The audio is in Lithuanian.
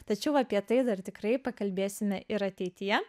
tačiau apie tai dar tikrai pakalbėsime ir ateityje